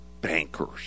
bankers